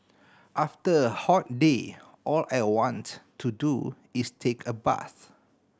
after a hot day all I want to do is take a bath